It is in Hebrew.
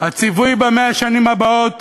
הציווי ל-100 השנים הבאות